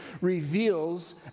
reveals